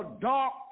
dark